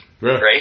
Right